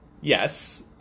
Yes